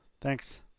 Thanks